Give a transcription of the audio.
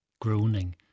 groaning